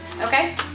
Okay